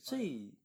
correct lah